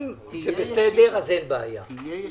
אם זה בסדר, אין בעיה.